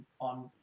on